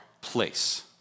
place